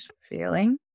feeling